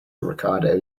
ricardo